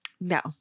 No